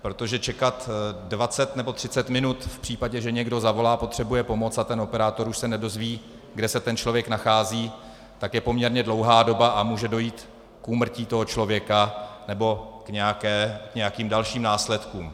Protože čekat dvacet nebo třicet minut v případě, že někdo zavolá a potřebuje pomoc a ten operátor už se nedozví, kde se ten člověk nachází, tak je poměrně dlouhá doba a může dojít k úmrtí toho člověka nebo k nějakým dalším následkům.